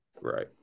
Right